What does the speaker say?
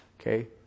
Okay